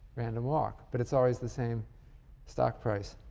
random walk, but it's always the same stock price.